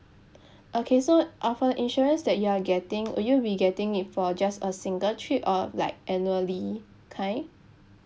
okay so uh for the insurance that you are getting will you be getting it for just a single trip or like annually kind